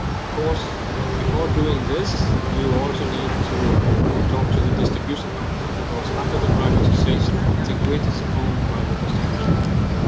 of course before doing this you also need to talk to the distribution company because after the privatization the grid is owned by the distribution company.